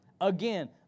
Again